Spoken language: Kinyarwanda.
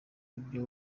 ibyo